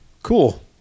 cool